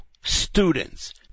students